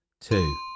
Two